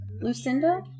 Lucinda